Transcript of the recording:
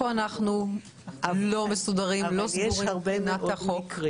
אנחנו לא מסודרים וסגורים מבחינת החוק.